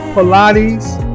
Pilates